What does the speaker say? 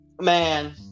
Man